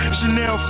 Chanel